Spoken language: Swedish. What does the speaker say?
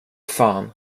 fan